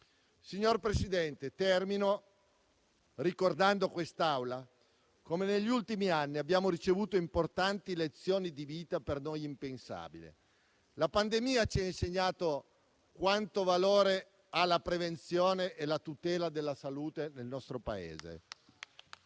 Signor Presidente, concludo ricordando a quest'Aula come negli ultimi anni abbiamo ricevuto importanti lezioni di vita, per noi impensabili. La pandemia ci ha insegnato quanto valore ha la prevenzione e la tutela della salute nel nostro Paese.